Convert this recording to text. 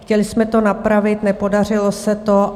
Chtěli jsme to napravit, nepodařilo se to.